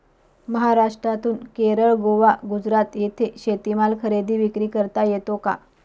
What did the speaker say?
महाराष्ट्रातून केरळ, गोवा, गुजरात येथे शेतीमाल खरेदी विक्री करता येतो का?